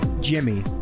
jimmy